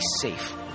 safe